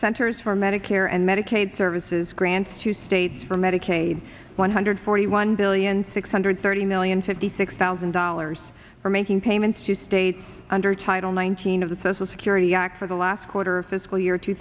centers for medicare and medicaid services grants to states for medicaid one hundred forty one billion six hundred thirty million fifty six thousand dollars for making payments to states under title nineteen of the social security act for the last quarter fiscal year two